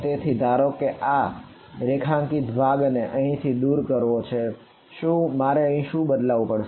તેથી ધારો કે મારે આ રેખાંકિત ભાગ ને અહીં થી દૂર કરવો છે તો મારે શું બદલાવવું પડશે